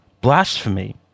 blasphemy